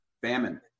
famine